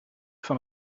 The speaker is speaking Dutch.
van